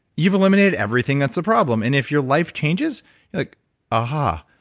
you've eliminated everything that's a problem. and if your life changes aha,